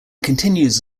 continues